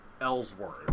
Ellsworth